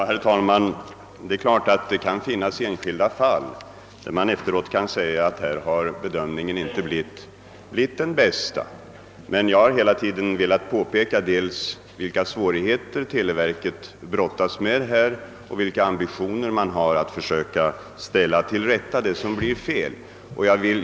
Herr talman! Det är klart att det kan finnas enskilda fall, om vilka man efteråt kan säga att bedömningen inte blivit den bästa. Jag har velat påpeka dels vilka svårigheter televerket brottas med och dels vilka ambitioner man har att försöka ställa till rätta det som blivit fel.